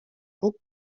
puk